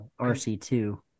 RC2